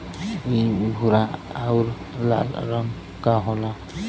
इ भूरा आउर लाल रंग क होला